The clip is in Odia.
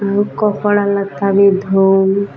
ଆଉ ବି ଧୋଉ